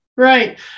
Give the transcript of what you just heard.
Right